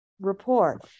report